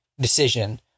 decision